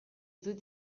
dut